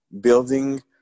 building